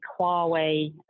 Huawei